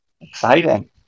exciting